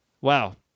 Wow